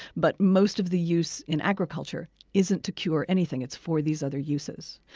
but most of the use in agriculture isn't to cure anything. it's for these other uses.